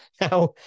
Now